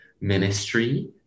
ministry